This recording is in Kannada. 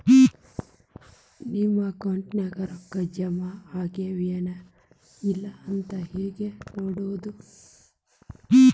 ನಮ್ಮ ಅಕೌಂಟಿಗೆ ರೊಕ್ಕ ಜಮಾ ಆಗ್ಯಾವ ಏನ್ ಇಲ್ಲ ಅಂತ ಹೆಂಗ್ ನೋಡೋದು?